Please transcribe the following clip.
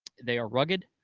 they are rugged,